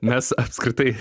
mes apskritai